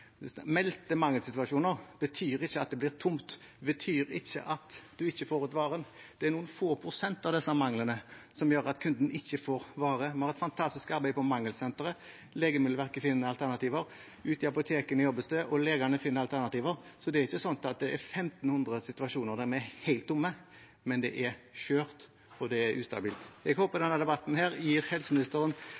Meldte mangelsituasjoner betyr ikke at det blir tomt. Det betyr ikke at man ikke får ut varen. Det er noen få prosent av disse manglene som gjør at kunden ikke får varen. Vi har et fantastisk arbeid på Mangelsenteret. Legemiddelverket finner alternativer. Ute i apotekene jobbes det og legene finner alternativer. Så det er ikke sånn at det er 1 500 situasjoner der vi er helt tomme. Men det er skjørt og det er ustabilt. Jeg håper denne debatten gir helseministeren